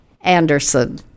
Anderson